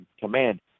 command